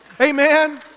Amen